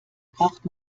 braucht